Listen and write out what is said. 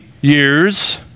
years